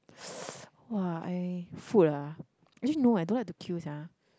!wah! I food ah actually no eh I don't like to quite sia